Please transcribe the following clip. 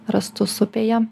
rastus upėje